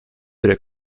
bire